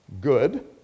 Good